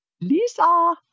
Lisa